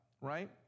right